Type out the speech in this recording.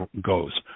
goes